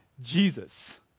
Jesus